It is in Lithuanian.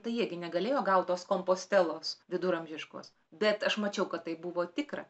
tai jie gi negalėjo gaut tos kompostelos viduramžiškos bet aš mačiau kad tai buvo tikra